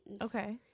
Okay